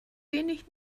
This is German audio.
wenig